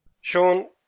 Sean